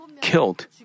killed